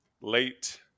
late